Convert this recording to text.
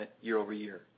year-over-year